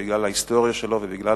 בגלל ההיסטוריה שלו ובגלל